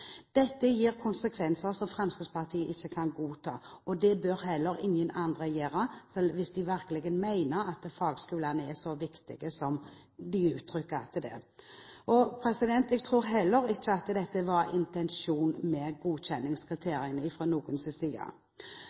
Dette får konsekvenser som Fremskrittspartiet ikke kan godta, og det bør heller ingen andre gjøre hvis de virkelig mener at fagskolene er så viktige som de gir uttrykk for at de er. Jeg tror heller ikke at det fra noens side var intensjonen med godkjenningskriteriene.